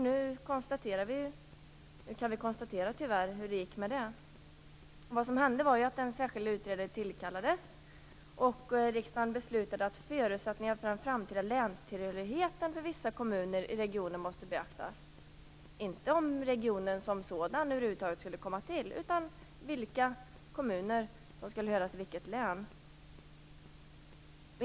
Nu kan vi tyvärr konstatera hur det gick med det. Vad som hände var att en särskild utredare tillkallades och riksdagen beslutade att förutsättningar för den framtida länstillhörigheten för vissa kommuner i regionen måste beaktas. Inte om regionen som sådan över huvud taget skulle komma till, utan vilka kommuner som skulle höra till vilket län.